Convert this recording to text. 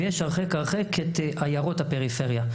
ויש הרחק הרחק את יערות הפריפריה.